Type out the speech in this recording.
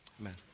amen